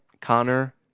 Connor